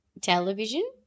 television